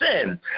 sin